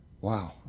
wow